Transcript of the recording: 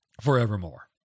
forevermore